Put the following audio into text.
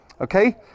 okay